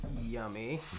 yummy